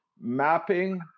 mapping